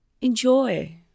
enjoy